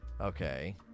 Okay